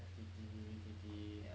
F_T_T V_T_T